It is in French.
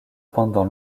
pendant